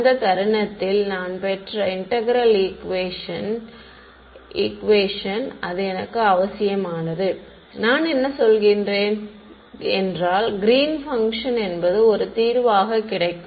அந்த தருணத்தில் நான் பெற்ற இன்டெக்ரேல் ஈக்குவேஷன்ங் அது எனக்கு அவசியமானது நான் என்ன சொல்கின்றேன் என்றால் கிரீன்ஸ் பங்க்ஷன் Green's function என்பது ஒரு தீர்வாக கிடைக்கும்